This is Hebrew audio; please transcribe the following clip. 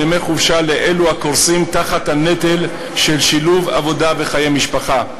ימי חופשה לאלו הקורסים תחת הנטל של שילוב עבודה וחיי משפחה.